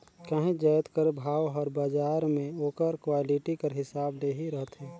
काहींच जाएत कर भाव हर बजार में ओकर क्वालिटी कर हिसाब ले ही रहथे